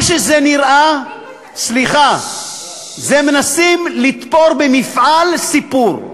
מה שזה נראה זה שמנסים לתפור במפעל סיפור.